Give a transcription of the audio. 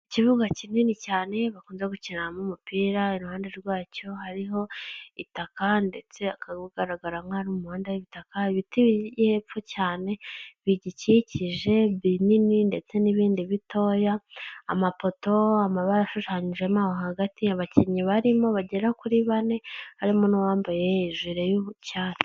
Ukibuga kinini cyane bakunda gukiniramo umupira iruhande rwacyo hariho itaka ndetse hakagaragara nkaho hari umuhanda w'ibitaka ibiti biri hepfo cyane bigikikije bini ndetse n'ibindi bitoya amapoto amabarashushanyijemo hagati y'abakinnyi barimo bagera kuri bane harimo n'uwambaye hejuru y'ubucyatsi.